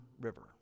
River